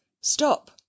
stop